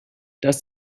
does